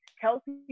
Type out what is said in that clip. Kelsey